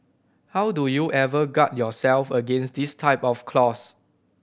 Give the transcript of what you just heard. how do you ever guard yourself against this type of clause